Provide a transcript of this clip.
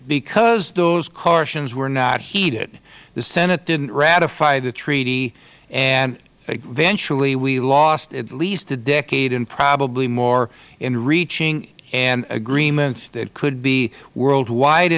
because those cautions were not heeded the senate didn't ratify the treaty and eventually we lost at least a decade and probably more in reaching an agreement that could be worldwide